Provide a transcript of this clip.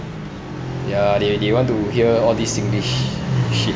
ya they they want to hear all this singlish shit